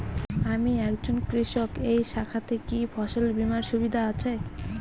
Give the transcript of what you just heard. আমি একজন কৃষক এই শাখাতে কি ফসল বীমার সুবিধা আছে?